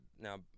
now